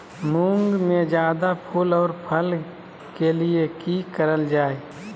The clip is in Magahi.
मुंग में जायदा फूल और फल के लिए की करल जाय?